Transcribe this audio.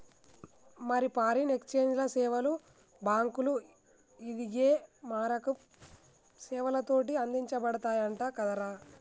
మరి foreign exchange సేవలు బాంకులు, ఇదిగే మారకపు సేవలతోటి అందించబడతయంట కదరా